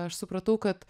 aš supratau kad